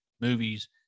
movies